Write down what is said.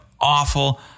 awful